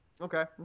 okay